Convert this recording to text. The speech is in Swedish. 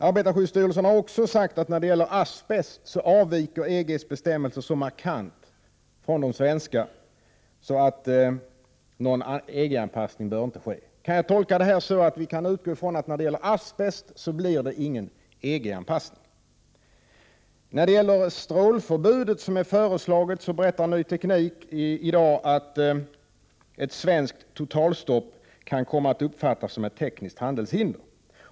Arbetarskyddsstyrelsen har också sagt att EG:s bestämmelser när det gäller asbest avviker så markant från de svenska att någon EG-anpassning inte bör ske. Kan jag tolka detta så att vi kan utgå från att det inte blir någon EG-anpassning när det gäller asbest? När det gäller förslaget om förbud mot bestrålning av livsmedel berättar tidningen Ny Teknik i dag att ett svenskt totalstopp kan komma att uppfattas som ett tekniskt handelshinder.